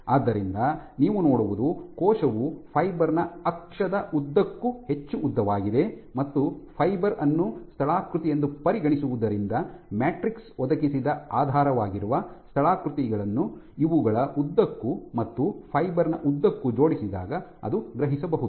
ಆದ್ದರಿಂದ ನೀವು ನೋಡುವುದು ಕೋಶವು ಫೈಬರ್ ನ ಅಕ್ಷದ ಉದ್ದಕ್ಕೂ ಹೆಚ್ಚು ಉದ್ದವಾಗಿದೆ ಮತ್ತು ಫೈಬರ್ ಅನ್ನು ಸ್ಥಳಾಕೃತಿಯೆಂದು ಪರಿಗಣಿಸುವುದರಿಂದ ಮ್ಯಾಟ್ರಿಕ್ಸ್ ಒದಗಿಸಿದ ಆಧಾರವಾಗಿರುವ ಸ್ಥಳಾಕೃತಿಯನ್ನು ಇವುಗಳ ಉದ್ದಕ್ಕೂ ಮತ್ತು ಫೈಬರ್ ನ ಉದ್ದಕ್ಕೂ ಜೋಡಿಸಿದಾಗ ಅದು ಗ್ರಹಿಸಬಹುದು